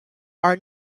are